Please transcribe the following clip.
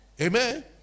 Amen